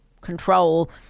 control